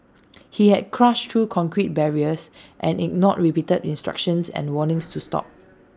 he had crashed through concrete barriers and ignored repeated instructions and warnings to stop